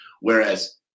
Whereas